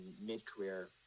mid-career